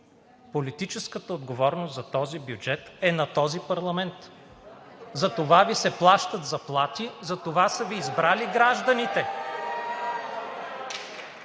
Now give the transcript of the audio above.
Политическата отговорност за този бюджет е на този парламент, затова Ви се плащат заплати, затова са Ви избрали гражданите.